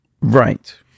Right